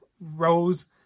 rose